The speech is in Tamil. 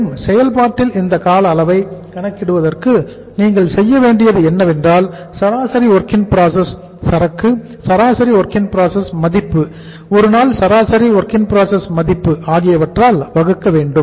மேலும் செயல்பாட்டில் இந்த கால அளவை கணக்கிடுவதற்கு நீங்கள் செய்ய வேண்டியது என்னவென்றால் சராசரி WIP சரக்கு சராசரி WIP மதிப்பு ஒருநாள் சராசரி WIP மதிப்பு ஆகியவற்றால் வகுக்க வேண்டும்